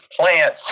Plants